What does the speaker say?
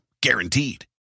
guaranteed